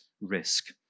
risk